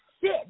sit